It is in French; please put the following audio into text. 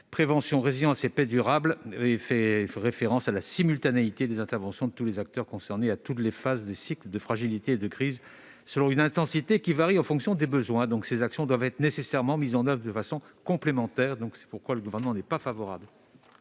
Prévention, résilience et paix durable » et fait référence à la simultanéité des interventions de tous les acteurs concernés à toutes les phases des cycles de fragilité et de crise, selon une intensité qui varie en fonction des besoins. Ces actions doivent nécessairement être mises en oeuvre de façon complémentaire, raison pour laquelle le Gouvernement est défavorable